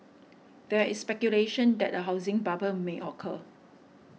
there is speculation that a housing bubble may occur